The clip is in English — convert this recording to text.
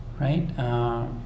right